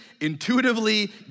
intuitively